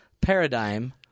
paradigm –